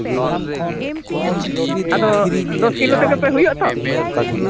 ᱦᱮᱸ ᱟᱫᱚ ᱫᱚᱥ ᱠᱤᱞᱳ ᱛᱮᱜᱮ ᱯᱮ ᱦᱩᱭᱩᱜ ᱟᱛᱚ